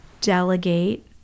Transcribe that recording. delegate